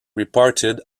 reported